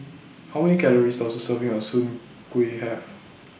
How Many Calories Does A Serving of Soon Kuih Have